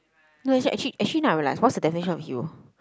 no is actua~ actually now I realise what's the definition of hero